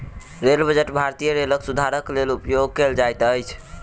rail budget भारतीय रेलक सुधारक लेल उपयोग कयल जाइत अछि